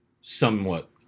Somewhat